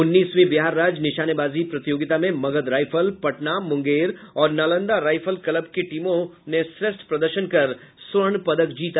उनतीसवीं बिहार राज्य निशानेबाजी प्रतियोगिता में मगध राईफल पटना मुंगेर और नालंदा राईफल क्लब की टीमों ने श्रेष्ठ प्रदर्शन कर स्वर्ण पदक जीता